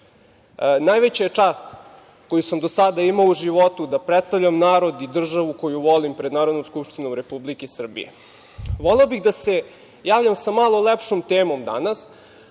Najveća je čast koju sam do sada imao u životu da predstavljam narod i državu koju volim pred Narodnom skupštinom Republike Srbije. Voleo bih da se javljam sa malo lepšom temom danas,